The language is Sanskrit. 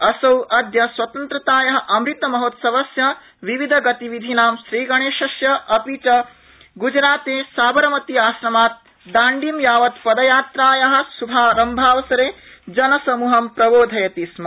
असौ अद्य स्वतन्त्रताया अमृत महोत्सवस्य विविधगतिविधीनां श्रीगणेशस्य अपि च ग्जराते साबरमती आश्रमात् दार्ण्डी यावत् पदयात्राया श्भारंभावसरे जनसमुहं सम्बोधयति स्म